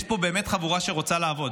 יש פה באמת חבורה שרוצה לעבוד,